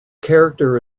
character